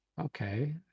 Okay